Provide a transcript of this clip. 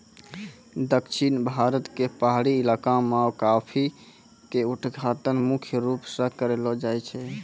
दक्षिण भारत के पहाड़ी इलाका मॅ कॉफी के उत्पादन मुख्य रूप स करलो जाय छै